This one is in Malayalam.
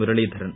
മുരളീധരൻ